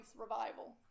revival